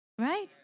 Right